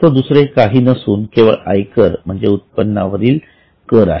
तो दुसरे काही नसून केवळ आयकर म्हणजे उत्पन्नावरील कर आहे